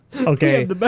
Okay